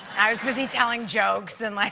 i would be telling jokes and like